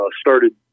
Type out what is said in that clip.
started